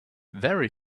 very